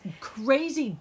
crazy